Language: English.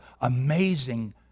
amazing